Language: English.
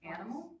Animal